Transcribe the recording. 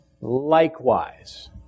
likewise